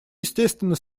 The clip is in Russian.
естественно